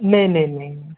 नहीं नहीं नहीं